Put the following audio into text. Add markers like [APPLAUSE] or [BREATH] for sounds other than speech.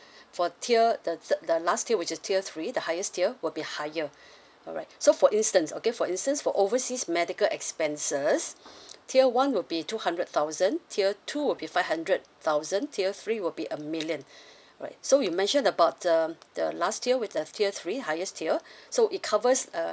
for tier the the last tier which is tier three the highest tier will be higher [BREATH] alright so for instance okay for instance for overseas medical expenses [BREATH] tier one will be two hundred thousand tier two will be five hundred thousand tier three will be a million [BREATH] alright so you mention about the the last tier with the tier three highest tier [BREATH] so it covers uh